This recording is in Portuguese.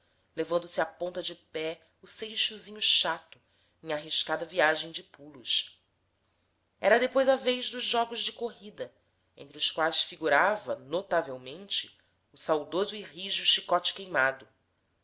levando se à ponta de pé o seixozinho chato em arriscada viagem de pulos era depois a vez dos jogos de corrida entre os quais figurava notavelmente o saudoso e rijo